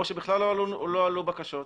או שבכלל לא עלו בקשות?